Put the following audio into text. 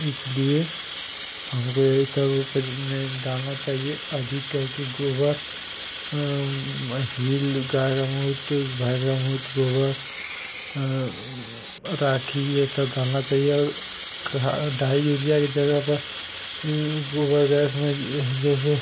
इसलिए हमको यही सब उपज़ में डालना चाहिए अधिक करके गोबर हील गाय का मूत भैंस का मूत गोबर राख यह सब डालना चाहिए और डाई यूरिया की जगह पर गोबर गैस में जैसे